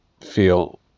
feel